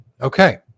Okay